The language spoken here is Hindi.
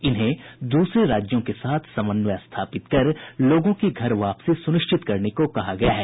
इन्हें दूसरे राज्यों के साथ समन्वय स्थापित कर लोगों की घर वापसी सुनिश्चित करने को कहा गया है